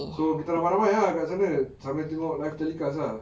so kita ramai-ramai ah kat sana sama tengok live telecast lah